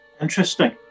Interesting